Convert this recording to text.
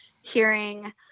hearing